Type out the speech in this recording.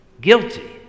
guilty